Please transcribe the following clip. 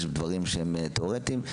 יש דברים שהם תיאורטיים.